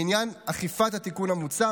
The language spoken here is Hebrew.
לעניין אכיפת התיקון המוצע,